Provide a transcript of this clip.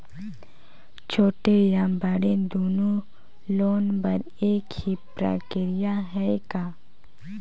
छोटे या बड़े दुनो लोन बर एक ही प्रक्रिया है का?